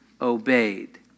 obeyed